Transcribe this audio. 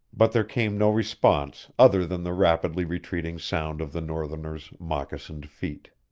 but there came no response other than the rapidly retreating sound of the northerner's moccasined feet.